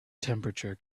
temperature